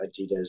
Adidas